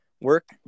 work